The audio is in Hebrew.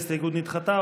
ההסתייגות נדחתה.